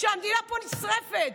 כשהמדינה פה נשרפת.